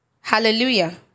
Hallelujah